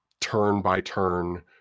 turn-by-turn